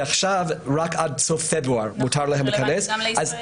כי עכשיו עד סוף פברואר מותר להם להיכנס -- גם לישראלים.